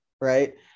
right